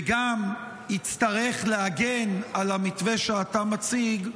וגם יצטרך להגן על המתווה שאתה מציג.